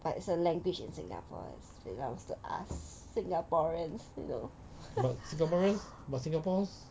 but it's a language in singapore it belongs to us singaporeans you know